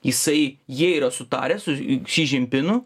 jisai jie yra sutarę su kši žinpinu